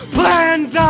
plans